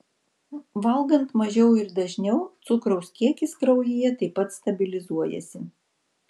valgant mažiau ir dažniau cukraus kiekis kraujyje taip pat stabilizuojasi